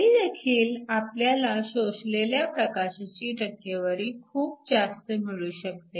तरीदेखील आपल्याला शोषलेल्या प्रकाशाची टक्केवारी खूप जास्त मिळू शकते